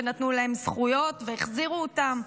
ונתנו להם זכויות והחזירו אותם.